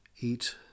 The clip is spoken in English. eat